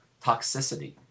toxicity